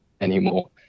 anymore